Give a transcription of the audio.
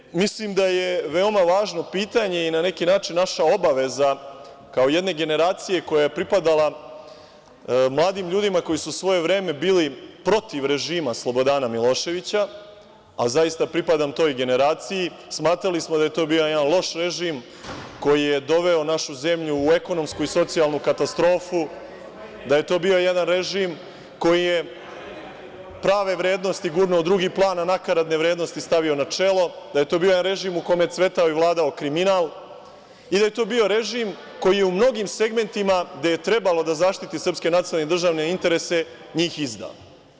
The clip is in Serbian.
Ono što mislim da je veoma važno pitanje i na neki način naša obaveza, kao jedne generacije koja je pripadala mladim ljudima koji su u svoje vreme bili protiv režima Slobodana Miloševića, a zaista pripadam toj generaciji, smatrali smo da je to bio jedan loš režim koji je doveo našu zemlju u ekonomsku i socijalnu katastrofu, da je to bio jedan režim koji je prave vrednosti gurnuo u drugi plan, a nakaradne vrednosti stavio na čelu, da je to bio jedan režim u kome je cvetao i vladao kriminal i da je to bio režim koji je u mnogim segmentima, gde je trebalo da zaštiti srpske, nacionalne i državne interese, njih izdao.